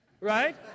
Right